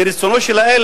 לרצונו של האל,